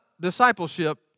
discipleship